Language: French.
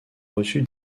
reçu